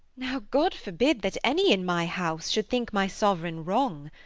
now god forbid that any in my house should think my sovereign wrong!